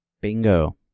Bingo